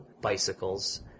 bicycles